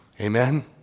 Amen